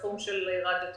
בתחום של רדיותרפיה.